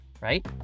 right